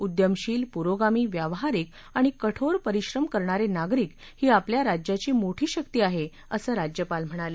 उद्यमशील पुरोगामी व्यावहारिक आणि कठोर परिश्रम करणारे नागरिक ही आपल्या राज्याची मोठी शक्ती आहे असं राज्यपाल म्हणाले